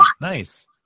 Nice